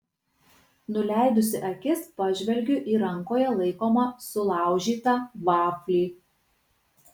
nuleidusi akis pažvelgiu į rankoje laikomą sulaužytą vaflį